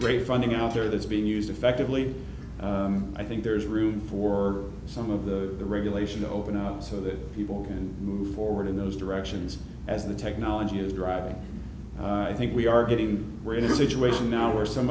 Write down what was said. great funding out there that's being used effectively i think there's room for some of the regulation to open up so that people can move forward in those directions as the technology is driving i think we are getting we're in a situation now where some